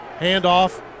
handoff